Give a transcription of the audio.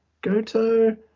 Goto